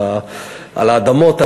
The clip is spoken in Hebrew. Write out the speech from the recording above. על האדמות,